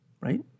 right